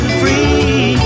free